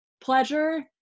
pleasure